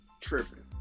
tripping